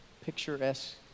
picturesque